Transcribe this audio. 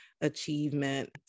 achievement